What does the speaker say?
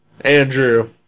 Andrew